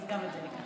אז גם את זה ניקח.